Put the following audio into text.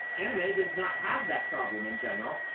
anime does not have that problem in general.